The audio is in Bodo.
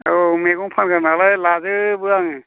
औ मैगं फानग्रा नालाय लाजोबो आङो